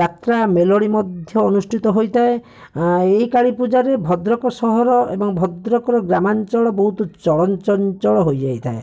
ଯାତ୍ରା ମେଲୋଡ଼ି ମଧ୍ୟ ଅନୁଷ୍ଠିତ ହୋଇଥାଏ ଏଇ କାଳୀପୂଜାରେ ଭଦ୍ରକ ସହର ଏବଂ ଭଦ୍ରକର ଗ୍ରାମାଞ୍ଚଳ ବହୁତ ଚଳଚଞ୍ଚଳ ହୋଇଯାଇଥାଏ